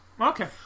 Okay